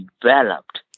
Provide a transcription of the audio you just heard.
developed